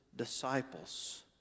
Disciples